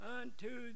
unto